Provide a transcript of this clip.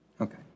Okay